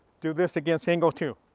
do this against angle two.